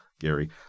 Gary